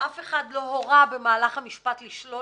שאף אחד לא הורה במהלך המשפט לשלול